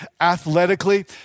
athletically